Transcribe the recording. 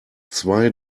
zwei